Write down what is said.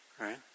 right